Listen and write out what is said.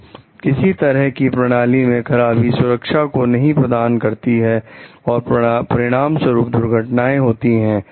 तो किसी तरह की प्रणाली में खराबी सुरक्षा को नहीं प्रदान करती है और परिणाम स्वरूप दुर्घटनाएं होती हैं